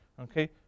okay